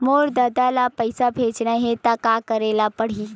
मोर ददा ल पईसा भेजना हे त का करे ल पड़हि?